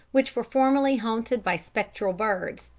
which were formerly haunted by spectral birds,